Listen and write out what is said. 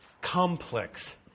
complex